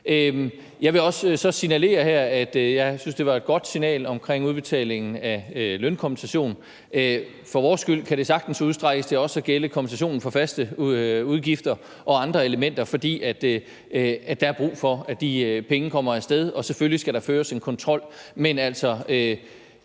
Jeg vil så også her signalere, at jeg synes, det var et godt signal omkring udbetalingen af lønkompensation. For vores skyld kan det sagtens udstrækkes til også at gælde kompensation for faste udgifter og andre elementer, fordi der er brug for, at de penge kommer af sted. Og selvfølgelig skal der føres kontrol, men altså,